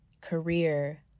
career